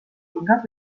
kingad